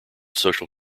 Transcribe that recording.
social